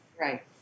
Right